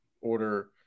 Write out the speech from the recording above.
order